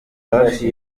hafi